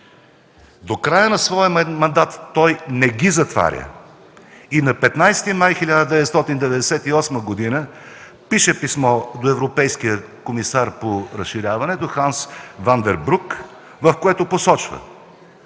До края на своя мандат той не ги затваря и на 15 май 1998 г. пише писмо до европейския комисар по разширяването Ханс Ван Ден Брук, в което посочва: